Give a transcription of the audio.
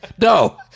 No